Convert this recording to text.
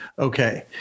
Okay